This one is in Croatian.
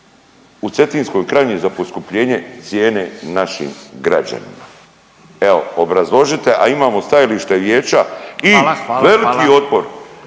u Cetinskoj krajini za poskupljenje cijene našim građanima? Evo obrazložite, a imamo stajalište vijeća i …/Upadica